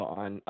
on